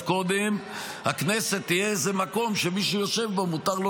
קודם הכנסת תהיה איזה מקום שמי שיושב בו מותר לו